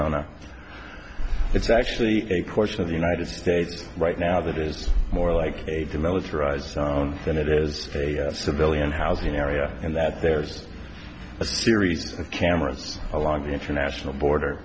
arizona it's actually a portion of the united states right now that is more like a two militarized zone than it is a civilian housing area and that there's a series of cameras along the international border